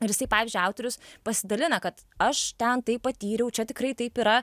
ir jisai pavyzdžiui autorius pasidalina kad aš ten tai patyriau čia tikrai taip yra